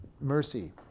mercy